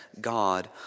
God